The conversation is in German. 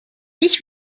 ich